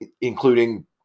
including